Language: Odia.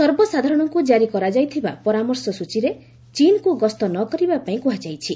ସର୍ବସାଧାରଣକ୍ର ଜାରି କରାଯାଇଥିବା ପରାମର୍ଶ ସ୍ଚୀରେ ଚୀନ୍କୁ ଗସ୍ତ ନକରିବା ପାଇଁ କୁହାଯାଇଛି